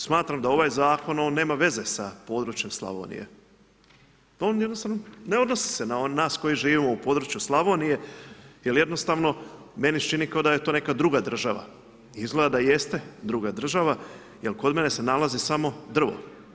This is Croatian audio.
Smatram da ovaj zakon, on nema veze sa područjem Slavonije, on jednostavno ne odnosi se na nas koji živimo u području Slavonije jer jednostavno meni se čini kao da je to neka druga država, izgleda da jeste druga država, jer kod mene se nalazi samo drvo.